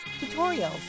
tutorials